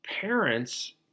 parents